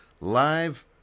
live